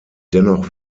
dennoch